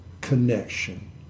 connection